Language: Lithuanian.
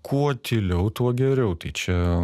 kuo tyliau tuo geriau tai čia